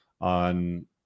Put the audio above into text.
on